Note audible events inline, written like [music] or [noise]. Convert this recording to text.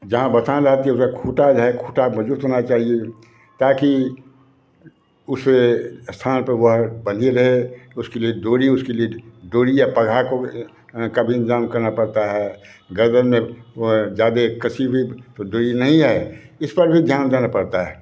जहाँ बथान रहती है उसका खूँटा जो है खूँटा मजबूत होना चाहिए ताकि उसे स्थान पर जो है बंधी रहे उसके लिए डोरी उसके लिए डोरी या [unintelligible] को भी का भी इंतजाम करना पड़ता है गर्दन में ज्यादे कसी हुई तो डोरी नहीं है इसपर भी ध्यान देना पड़ता है